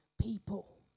people